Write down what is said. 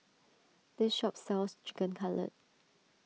this shop sells Chicken Cutlet